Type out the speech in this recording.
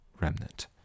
remnant